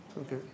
Okay